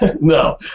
no